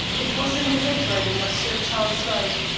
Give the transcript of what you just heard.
it was in the handwriting of sir charles dyke,